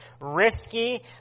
risky